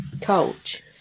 coach